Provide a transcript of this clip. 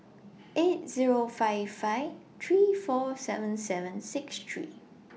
eight Zero five five three four seven seven six three